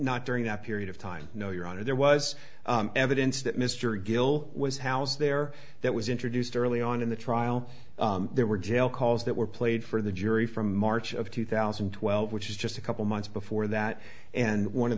not during that period of time no your honor there was evidence that mr gill was housed there that was introduced early on in the trial there were jail calls that were played for the jury from march of two thousand and twelve which is just a couple months before that and one of